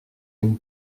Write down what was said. une